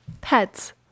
Pets